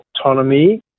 autonomy